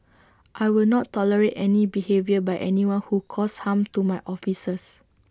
I will not tolerate any behaviour by anyone who causes harm to my officers